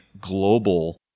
global